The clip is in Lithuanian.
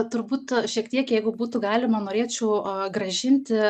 turbūt šiek tiek jeigu būtų galima norėčiau grąžinti